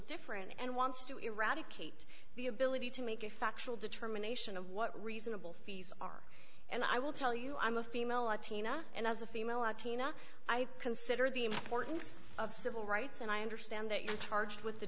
different and wants to eradicate the ability to make a factual determination of what reasonable fees are and i will tell you i'm a female latina and as a female latina i consider the importance of civil rights and i understand that you're charged with the